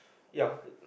ya